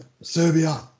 Serbia